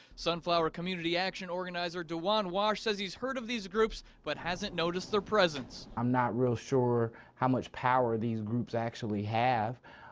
sunflower community action organizer djuan wash says he's heard of these groups, but hasn't noticed their presence. i'm not real sure how much power these groups actually have